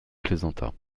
plaisanta